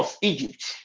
Egypt